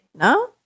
no